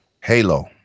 Halo